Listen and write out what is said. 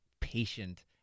patient